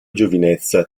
giovinezza